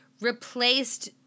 replaced